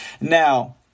Now